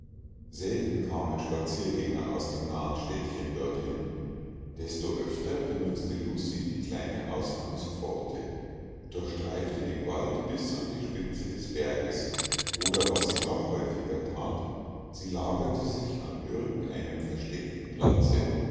selten kamen spaziergänger aus dem nahen städtchen dorthin desto öfter benutzte lucie die kleine ausgangspforte durchstreifte den wald bis an die spitze des berges oder was sie noch häufiger that sie lagerte sich an irgend einem versteckten platze